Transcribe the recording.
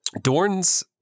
Dorn's